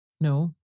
No